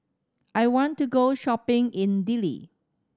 I want to go shopping in Dili